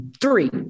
three